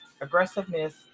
aggressiveness